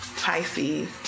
Pisces